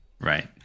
Right